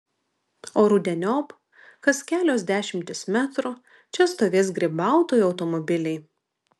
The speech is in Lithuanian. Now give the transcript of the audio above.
o rudeniop kas kelios dešimtys metrų čia stovės grybautojų automobiliai